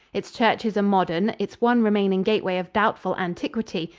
its churches are modern, its one remaining gateway of doubtful antiquity,